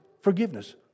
forgiveness